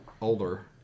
older